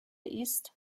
ist